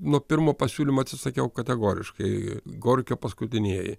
nuo pirmo pasiūlymo atsisakiau kategoriškai gorkio paskutinieji